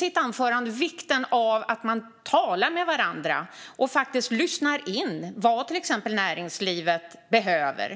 Det handlar om vikten av att man talar med varandra och lyssnar in vad till exempel näringslivet behöver.